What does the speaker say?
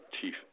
Chief